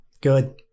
Good